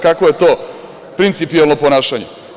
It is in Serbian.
Kakvo je to principijelno ponašanje?